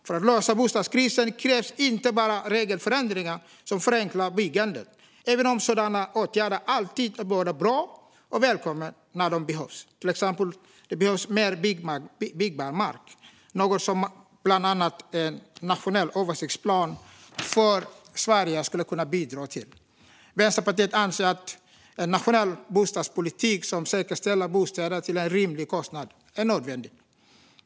För att lösa bostadskrisen krävs inte bara regelförändringar som förenklar byggandet, även om sådana åtgärder alltid är både bra och välkomna när de behövs. Till exempel behövs mer byggbar mark, något som bland annat en nationell översiktsplan för Sverige skulle kunna bidra till. Vänsterpartiet anser att en nationell bostadspolitik som säkerställer bostäder till en rimlig kostnad är nödvändig.